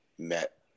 met